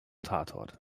tatort